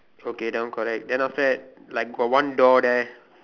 okay that one correct than after like got one door there